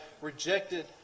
rejected